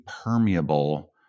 permeable